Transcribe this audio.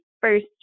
first